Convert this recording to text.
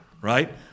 right